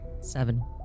Seven